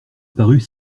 parut